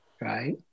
Right